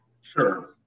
Sure